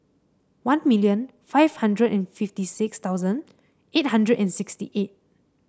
one million five hundred and fifty six thousand eight hundred and sixty eight